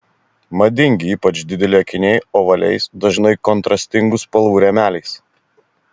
madingi ypač dideli akiniai ovaliais dažnai kontrastingų spalvų rėmeliais